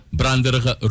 branderige